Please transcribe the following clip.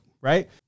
Right